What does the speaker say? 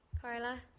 Carla